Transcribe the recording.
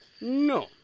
No